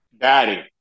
Daddy